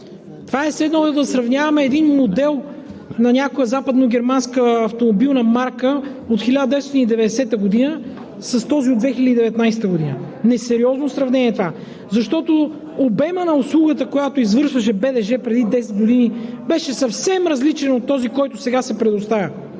Това е все едно да сравняваме един модел на някоя западногерманска автомобилна марка от 1990 г. с този от 2019 г. Несериозно сравнение е това. Защото обемът на услугата, която извършваше БДЖ преди 10 години, беше съвсем различен от този, който сега се предоставя.